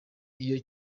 iyo